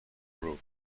group